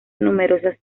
numerosas